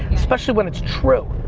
especially when it's true.